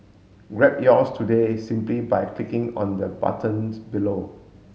grab yours today simply by clicking on the buttons below